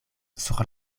sur